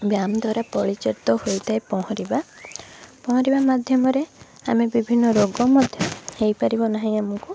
ବାୟାମ୍ ଦ୍ଵାରା ପରିଚାଳିତ ହୋଇଥାଏ ପହଁରିବା ପହଁରିବା ମାଧ୍ୟମରେ ଆମେ ବିଭିନ୍ନ ରୋଗ ମଧ୍ୟ ହୋଇପାରିବ ନାହିଁ ଆମକୁ